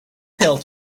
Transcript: pill